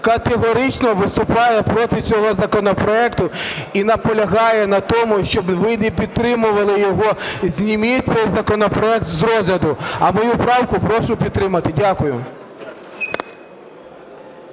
категорично виступає проти цього законопроекту і наполягає на тому, щоб ви не підтримували його. Зніміть цей законопроект з розгляду. А мою правку прошу підтримати. Дякую.